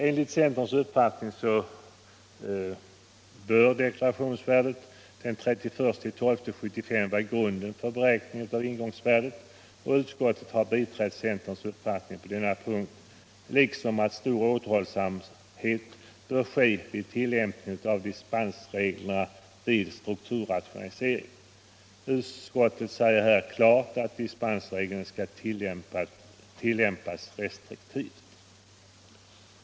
Enligt centerns uppfattning bör deklarationsvärdet den 31 december 1975 vara grunden för beräkning av ingångsvärdet. Utskottet har biträtt centerns uppfattning på denna punkt liksom uppfattningen att stor återhållsamhet bör ske vid tillämpning av dispensreglerna vid strukturrationalisering. Utskottet säger här klart att dispensregeln skall tillämpas restriktivt.